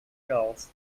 gulls